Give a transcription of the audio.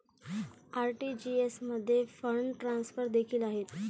RTGS मध्ये fund transfer देखील आहेत